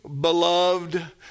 beloved